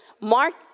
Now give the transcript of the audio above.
mark